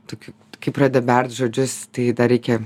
tokių kai pradeda bert žodžius tai dar reikia